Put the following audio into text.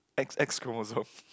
X X chromosome